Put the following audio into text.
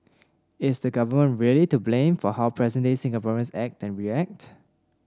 is the government really to blame for how present day Singaporeans act and react